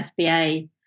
FBA